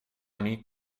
need